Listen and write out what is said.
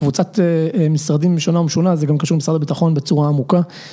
קבוצת משרדים שונה ומשונה, זה גם קשור למשרד הביטחון בצורה עמוקה.